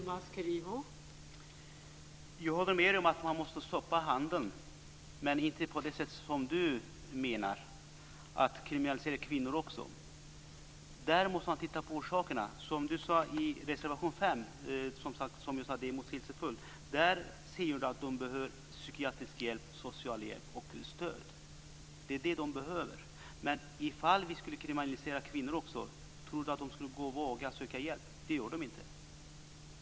Fru talman! Jag håller med om att handeln måste stoppas, men inte så som Ingemar Vänerlöv menar, dvs. att kvinnan också ska kriminaliseras. Man måste titta på orsakerna. I reservation 5 - jag sade nyss att det här är motsägelsefullt - säger ni att de behöver psykiatrisk hjälp, socialhjälp och stöd. Det är vad de behöver. Men tror Ingemar Vänerlöv att kvinnorna, ifall vi kriminaliserar också dem, skulle våga söka hjälp? Nej, det vågar de inte.